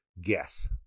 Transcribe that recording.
guess